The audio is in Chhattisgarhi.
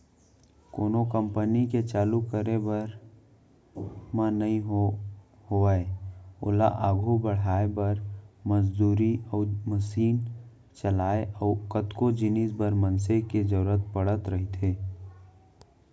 कोनो कंपनी के चालू करे भर म नइ होवय ओला आघू बड़हाय बर, मजदूरी अउ मसीन चलइया अउ कतको जिनिस बर मनसे के जरुरत पड़त रहिथे